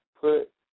put